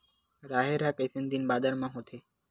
राहेर ह कइसन दिन बादर म होथे?